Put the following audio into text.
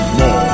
more